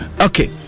Okay